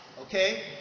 Okay